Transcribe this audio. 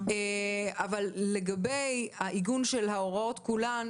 אבל לגבי העיגון של ההוראות כולן,